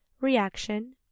Reaction